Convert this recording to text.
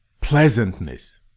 Pleasantness